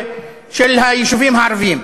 של היישובים הערביים,